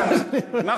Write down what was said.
והחלק השני,